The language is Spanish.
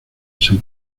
san